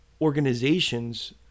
organizations